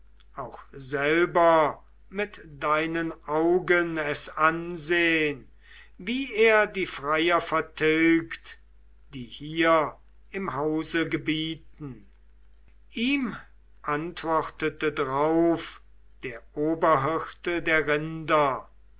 auch selber mit deinen augen es ansehn wie er die freier vertilgt die hier im hause gebieten ihm antwortete drauf der oberhirte der rinder